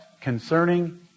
concerning